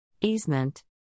Easement